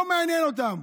לא מעניין אותם.